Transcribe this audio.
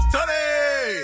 Tony